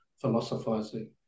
philosophizing